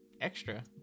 extra